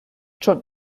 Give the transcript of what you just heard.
schon